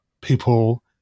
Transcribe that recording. people